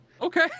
okay